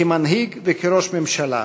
כמנהיג וכראש ממשלה.